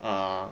err